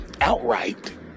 outright